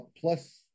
Plus